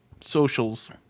socials